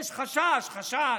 יש חשש, חשש.